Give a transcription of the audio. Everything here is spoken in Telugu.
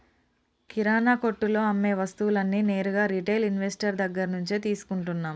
కిరణా కొట్టులో అమ్మే వస్తువులన్నీ నేరుగా రిటైల్ ఇన్వెస్టర్ దగ్గర్నుంచే తీసుకుంటన్నం